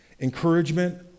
encouragement